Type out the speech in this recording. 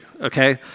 okay